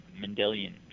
Mendelian